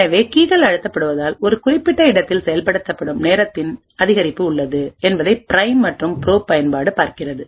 எனவே கீகள் அழுத்தப்படுவதால் ஒரு குறிப்பிட்ட இடத்தில் செயல்படுத்தும் நேரத்தின் அதிகரிப்பு உள்ளது என்பதை பிரைம் மற்றும் ப்ரோப் பயன்பாடு பார்க்கிறது